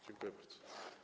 Dziękuję bardzo.